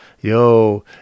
Yo